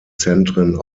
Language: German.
zentren